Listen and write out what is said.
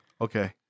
Okay